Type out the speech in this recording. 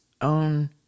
own